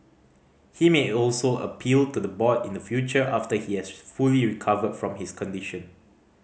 he may also appeal to the board in the future after he has fully recovered from his condition